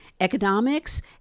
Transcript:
economics